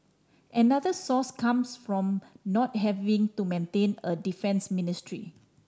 another source comes from not having to maintain a defence ministry